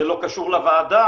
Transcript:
זה לא קשור לוועדה,